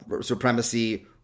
supremacy